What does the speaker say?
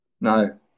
No